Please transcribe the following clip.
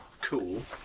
Cool